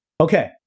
okay